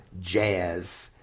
jazz